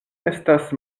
estas